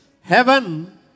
Heaven